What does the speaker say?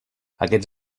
aquests